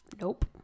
nope